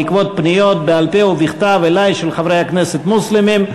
בעקבות פניות בעל-פה ובכתב אלי של חברי הכנסת מוסלמים.